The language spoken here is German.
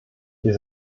wir